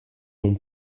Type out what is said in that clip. l’on